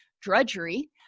drudgery